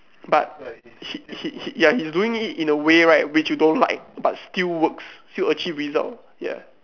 but he he he ya he is doing it in a way right which you don't like but still works still achieve result ya